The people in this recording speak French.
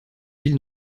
ville